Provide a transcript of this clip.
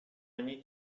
ogni